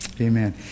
Amen